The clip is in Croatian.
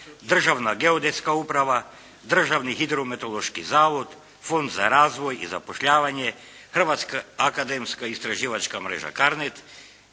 Državna geodetska uprava, Državni hidrometeorološki zavod, Fond za razvoj i zapošljavanje, Hrvatska akademska istraživačka mreža CARNet,